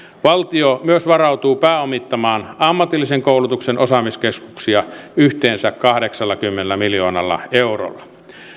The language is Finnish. valtio myös varautuu pääomittamaan ammatillisen koulutuksen osaamiskeskuksia yhteensä kahdeksallakymmenellä miljoonalla eurolla